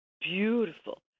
beautiful